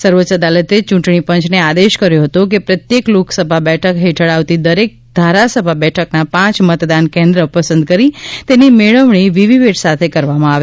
સર્વોચ્ચ અદાલતે ચૂંટણી પંચને આદેશ કર્યો હતો કે પ્રત્યેક લોકસભા બેઠક હેઠળ આવતી દરેક ધારાસભા બેઠકના પાંચ મતદાન કેન્દ્ર પસંદ કરી તેની મેળવણી વીવીપેટ સાથે કરવામાં આવે